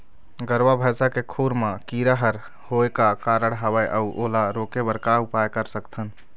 गरवा भैंसा के खुर मा कीरा हर होय का कारण हवए अऊ ओला रोके बर का उपाय कर सकथन?